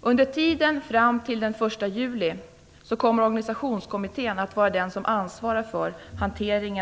Under tiden fram till den 1 juli kommer organisationskommittén att ansvara för